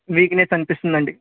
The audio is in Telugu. వీక్నెస్ అనిపిస్తుందండి